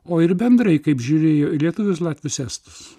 o ir bendrai kaip žiūrėjo į lietuvius latvius estus